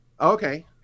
Okay